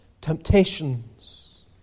temptations